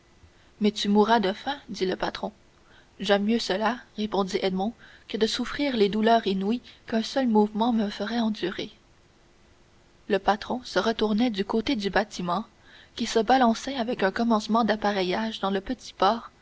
mais tu mourras de faim dit le patron j'aime mieux cela répondit edmond que de souffrir les douleurs inouïes qu'un seul mouvement me fait endurer le patron se retournait du côté du bâtiment qui se balançait avec un commencement d'appareillage dans le petit port